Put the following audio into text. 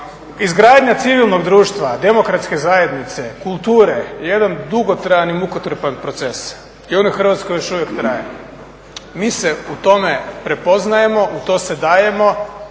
Izgradnja civilnog društva, demokratske zajednice, kulture je jedan dugotrajan i mukotrpan proces. I on u Hrvatskoj još uvijek traje. Mi se u tome prepoznajemo, u to se dajemo